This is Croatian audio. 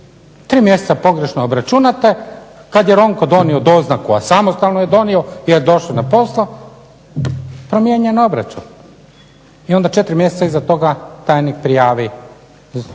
Tri mjeseca pogrešno obračunate, kad je Ronko donio doznaku, a samostalno je donio jer je došao na posao, promijenjen obračun i onda 4 mjeseca iza toga tajnik prijavi sukob